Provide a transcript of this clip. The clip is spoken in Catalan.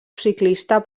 ciclista